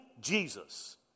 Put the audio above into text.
Jesus